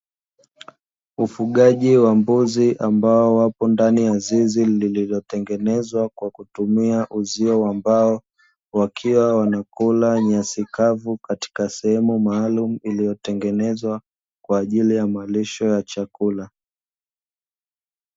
Ufugaji wa mbuzi ambao wapo ndani ya zizi lililotengenezwa kwa kutumia uzio wa mbao, wakiwa wanakula nyasi kavu katika sehemu maalumu iliyotengenezwa kwa ajili ya malisho ya chakula.